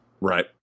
Right